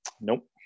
Nope